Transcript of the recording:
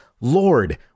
Lord